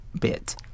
bit